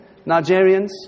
Nigerians